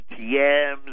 ATMs